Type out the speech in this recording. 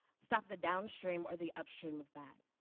stop the downstream or the upstream of that.